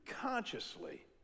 consciously